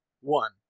One